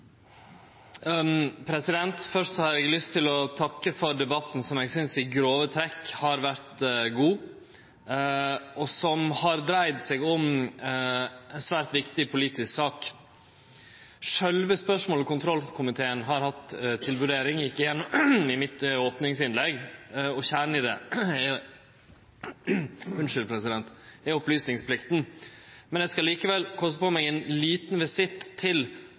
felt. Først har eg lyst til å takke for debatten, som eg synest i grove trekk har vore god, og som har dreidd seg om ei svært viktig politisk sak. Sjølve spørsmålet som kontrollkomiteen har hatt til vurdering, gjekk eg gjennom i opningsinnlegget mitt, og kjernen i det er opplysningsplikta. Eg skal likevel koste på meg ein liten visitt til